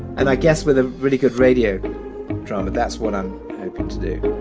and i guess with a really good radio drama, that's what i'm hoping to do